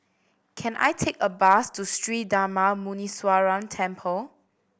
can I take a bus to Sri Darma Muneeswaran Temple